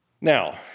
Now